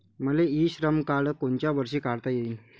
मले e Shram card कोनच्या वर्षी काढता येईन?